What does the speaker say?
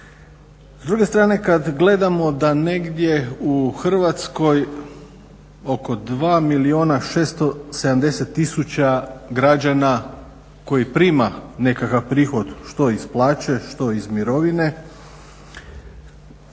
S druge strane kad gledamo da negdje u Hrvatskoj oko 2 670 000 građana koji prima nekakav prihod, što iz plaće, što iz mirovine,